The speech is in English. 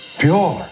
pure